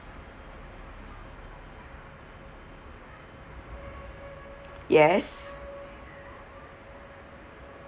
yes